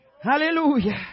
Hallelujah